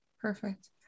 Perfect